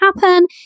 happen